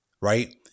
Right